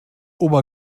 oma